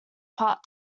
part